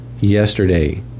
yesterday